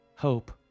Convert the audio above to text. hope